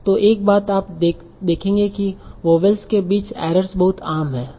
तो एक बात आप देखेंगे कि वोवेल्स के बीच एरर्स बहुत आम हैं